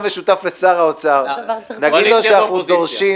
משותף לשר האוצר ונגיד לו שאנחנו דורשים